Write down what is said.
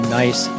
nice